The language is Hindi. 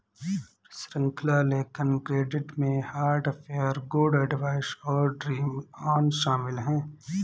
श्रृंखला लेखन क्रेडिट में हार्ट अफेयर, गुड एडवाइस और ड्रीम ऑन शामिल हैं